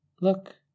Look